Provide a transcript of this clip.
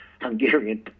Hungarian